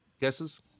Guesses